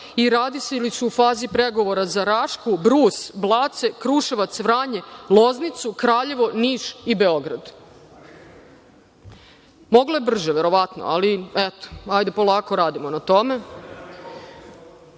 i radi se, ili su u fazi pregovora, za Rašku, Brus, Blace, Kruševac, Vranje, Loznicu, Kraljevo, Niš i Beograd. Moglo je brže, verovatno, ali, eto, hajde, polako radimo na tome. Što